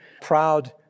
proud